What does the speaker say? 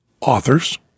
authors